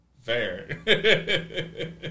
Fair